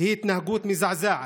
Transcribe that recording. היא התנהגות מזעזעת,